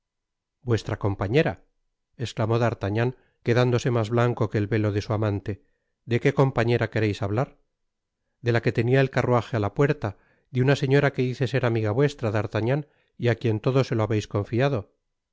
vuestra compañera esclamó d'artagnan quedándose mas blanco que el velo de su amante de qué compañera quereis hablar de la que tenia el carruaje á la puerta de una señora que dice ser amiga vuestra d'artagnan y á quien todo se lo habéis confiado